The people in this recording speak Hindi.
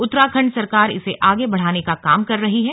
उत्तराखण्ड सरकार इसे आगे बढ़ाने का काम कर रही है